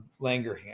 Langerhans